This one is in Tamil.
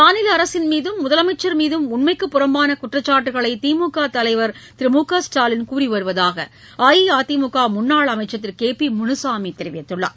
மாநில அரசின் மீதும் முதலமைச்சர் மீதும் உண்மைக்கு புறம்பான குற்றச்சாட்டுக்களை திமுக தலைவர் திரு முகஸ்டாலின் கூறிவருவதாக அஇஅதிமுக முன்னாள் அமைச்சர் திரு கே பி முனுசாமி தெரிவித்துள்ளார்